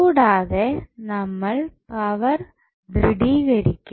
കൂടാതെ നമ്മൾ പവർ ദൃഢീകരിക്കും